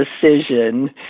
decision